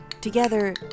Together